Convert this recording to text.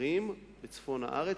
אחרים בצפון הארץ.